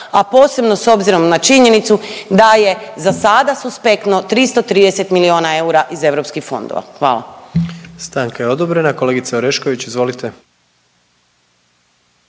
a posebno s obzirom na činjenicu da je za sada suspektno 330 milijuna eura iz EU fondova. Hvala.